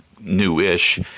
new-ish